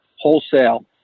wholesale